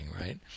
right